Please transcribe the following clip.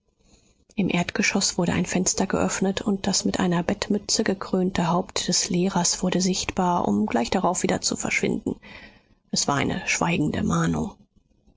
im erdgeschoß wurde ein fenster geöffnet und das mit einer bettmütze gekrönte haupt des lehrers wurde sichtbar um gleich darauf wieder zu verschwinden es war eine schweigende mahnung